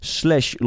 slash